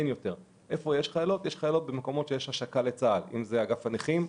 יש חיילות באגפים שמשיקים לצה"ל, אגף שיקום,